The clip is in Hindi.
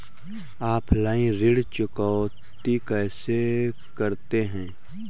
ऑफलाइन ऋण चुकौती कैसे करते हैं?